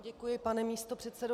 Děkuji, pane místopředsedo.